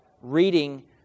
reading